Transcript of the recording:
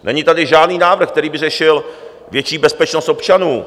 Není tady žádný návrh, který by řešil větší bezpečnost občanů.